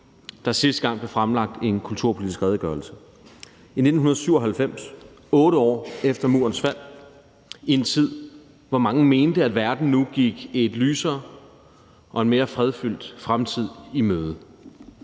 der sidste gang blev fremlagt en kulturpolitisk redegørelse. Det var i 1997, 8 år efter Murens fald, i en tid, hvor mange mente, at verden nu gik en lysere og en mere fredfyldt fremtid i møde.